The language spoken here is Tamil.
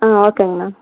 ஓகேங்க மேம்